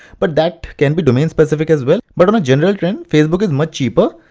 but that can be domain specific as well. but on general trend, facebook is much cheaper,